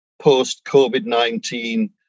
post-COVID-19